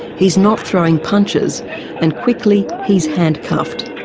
he's not throwing punches and quickly he's handcuffed.